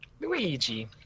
Luigi